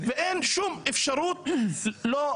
ואין להם שום אפשרות אחרת.